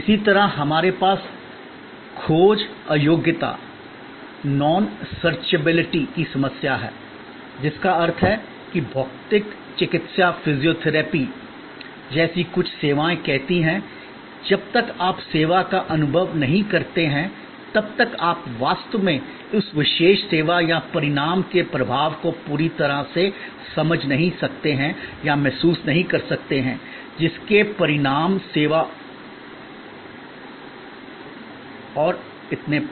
इसी तरह हमारे पास खोज अयोग्यता नॉन सर्चेबिलिटी की समस्या है जिसका अर्थ है कि भौतिक चिकित्सा फिजियोथेरेपी जैसी कुछ सेवाएं कहती हैं जब तक आप सेवा का अनुभव नहीं करते हैं तब तक आप वास्तव में उस विशेष सेवा या परिणाम के प्रभाव को पूरी तरह से समझ नहीं सकते हैं या महसूस नहीं कर सकते हैं जिसके परिणाम सेवा और इतने पर